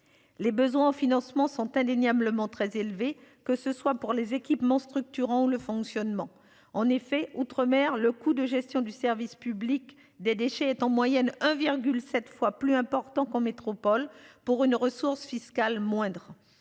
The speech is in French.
Les besoins en financement sont indéniablement très élevé, que ce soit pour les équipements structurants ou le fonctionnement en effet outre-mer le coût de gestion du service public des déchets est en moyenne 1,7 fois plus important qu'en métropole pour une ressource fiscale moindre